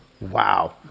Wow